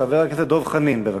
חבר הכנסת דב חנין, בבקשה.